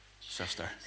sister